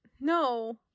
No